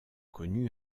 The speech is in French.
connu